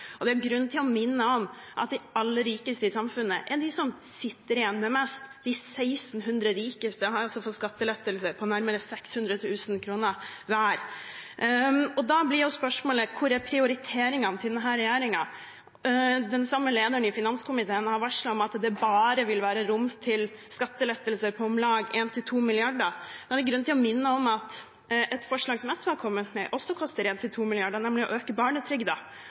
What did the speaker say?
Det er grunn til å minne om at de aller rikeste i samfunnet er de som sitter igjen med mest. De 1 600 rikeste har fått skattelettelser på nærmere 600 000 kr hver. Da blir spørsmålet: Hvor er prioriteringene til denne regjeringen? Lederen i finanskomiteen har varslet at det bare vil være rom for skattelettelser på om lag 1–2 mrd. kr. Da er det grunn til å minne om et forslag som SV har kommet med, som også koster 1–2 mrd. kr, nemlig å øke